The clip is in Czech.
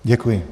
Děkuji.